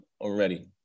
already